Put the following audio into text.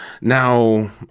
Now